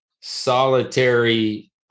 solitary